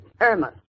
Irma